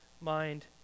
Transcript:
mind